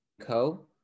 co